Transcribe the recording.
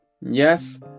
Yes